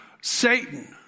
Satan